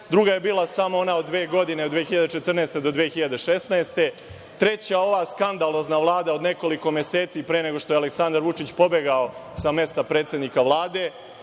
druga je bila samo ona od dve godine, od 2014. do 2016. godine, treća ova skandalozna Vlada od nekoliko meseci, pre nego što je Aleksandar Vučić pobegao sa mesta predsednika Vlade